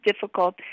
difficult